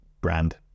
brand